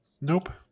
Nope